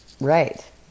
Right